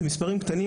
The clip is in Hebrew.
אלו מספרים קטנים,